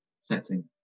setting